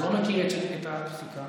אני לא מכיר את הפסיקה,